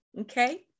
okay